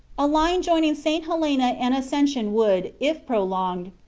a line joining st. helena and ascension would, if prolonged,